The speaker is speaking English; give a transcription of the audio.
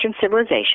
civilization